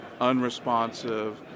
unresponsive